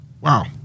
Wow